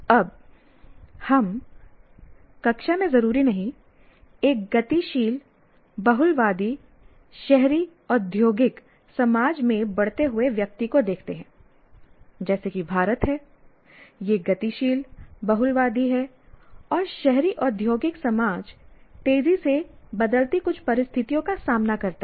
अब हम कक्षा में जरूरी नहीं एक गतिशील बहुलवादी शहरी औद्योगिक समाज में बढ़ते हुए व्यक्ति को देखते हैं जैसे की भारत है यह गतिशील बहुलवादी है और शहरी औद्योगिक समाज तेजी से बदलती कुछ परिस्थितियों का सामना करता है